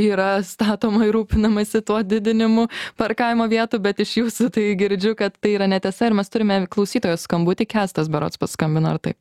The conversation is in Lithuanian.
yra statoma ir rūpinamasi tuo didinimu parkavimo vietų bet iš jūsų tai girdžiu kad tai yra netiesa ir mes turime klausytojo skambutį kęstas berods paskambino ar taip